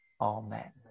Amen